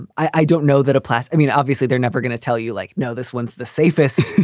and i don't know that a place. i mean, obviously, they're never going to tell you like. no, this one's the safest.